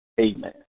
Amen